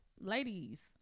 ladies